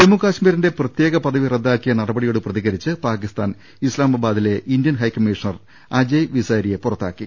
ജമ്മുകശ്മീരിന്റെ പ്രത്യേക പദവി റദ്ദാക്കിയ നടപടിയോട് പ്രതിക രിച്ച് പാകിസ്താൻ ഇസ്താമാബാദിലെ ഇന്ത്യൻ ഹൈക്കമ്മിഷണർ അജയ് വിസാരിയെ പുറത്താക്കി